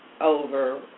Over